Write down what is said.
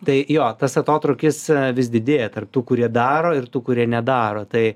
tai jo tas atotrūkis vis didėja tarp tų kurie daro ir tų kurie nedaro tai